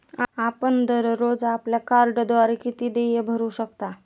आपण दररोज आपल्या कार्डद्वारे किती देय भरू शकता?